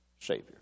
Savior